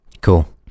Cool